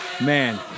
Man